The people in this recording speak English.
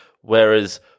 whereas